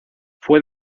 fue